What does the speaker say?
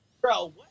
bro